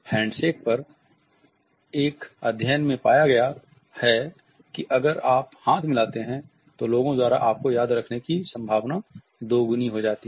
handshake पर एक अध्ययन में पाया गया है कि अगर आप हाथ मिलाते हैं तो लोगो द्वारा आपको याद रखने की संभावना दोगुनी हो जाती है